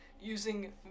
using